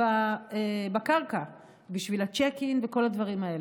בקרקע בשביל הצ'ק-אין וכל הדברים האלה.